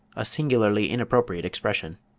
a singularly inappropriate expression.